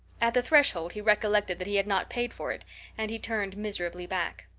at the threshold he recollected that he had not paid for it and he turned miserably back.